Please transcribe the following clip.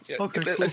Okay